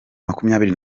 makumyabiri